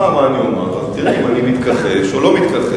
כשתשמע מה אני אומר תראה אם אני מתכחש או לא מתכחש.